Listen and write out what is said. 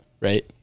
Right